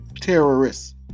terrorists